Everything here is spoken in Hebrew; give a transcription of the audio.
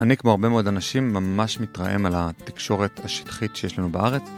אני כמו הרבה מאוד אנשים ממש מתרעם על התקשורת השטחית שיש לנו בארץ.